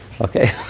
Okay